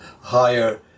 higher